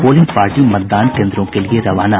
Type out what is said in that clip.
polling party मतदान केंद्रों के लिये रवाना